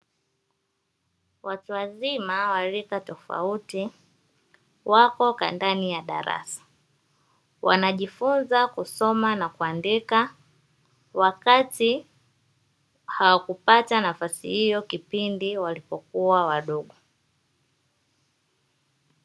Watu wazima wa rika tofauti, wako kwa ndani ya darasa wanajifunza kusoma na kuandika wakati hawakupata nafasi hiyo kipindi walipokuwa wadogo.